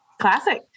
Classic